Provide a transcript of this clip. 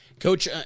Coach